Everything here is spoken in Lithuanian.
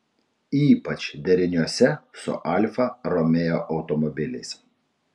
ypač deriniuose su alfa romeo automobiliais